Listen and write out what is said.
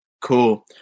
Cool